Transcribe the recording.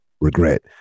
regret